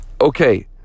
Okay